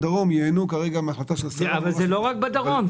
ייהנו כרגע מההחלטה --- אבל זה לא רק בדרום,